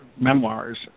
Memoirs